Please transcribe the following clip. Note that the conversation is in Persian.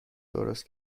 درست